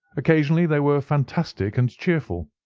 occasionally they were fantastic and cheerful.